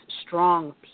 strong